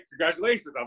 congratulations